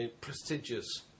prestigious